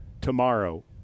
tomorrow